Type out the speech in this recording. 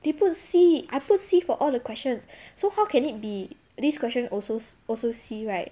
they put C I put C for all the questions so how can it be this question also also C right